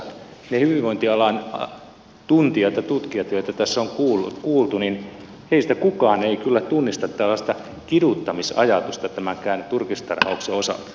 niistä hyvinvointialan tuntijoista ja tutkijoista joita tässä on kuultu kukaan ei kyllä tunnista tällaista kiduttamisajatusta tämänkään turkistarhauksen osalta